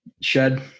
Shed